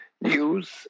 news